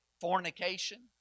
fornication